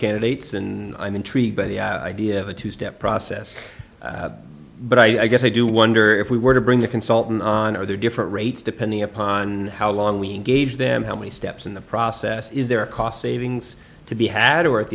candidates in i'm intrigued by the idea of a two step process but i guess i do wonder if we were to bring the consultant on are there different rates depending upon how long we engage them how many steps in the process is there a cost savings to be had or at